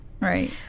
Right